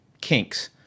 kinks